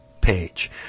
page